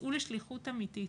שיצאו לשליחות אמיתית